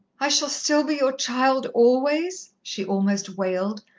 i shall still be your child always? she almost wailed,